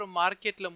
market